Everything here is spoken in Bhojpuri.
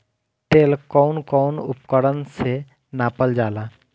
तेल कउन कउन उपकरण से नापल जाला?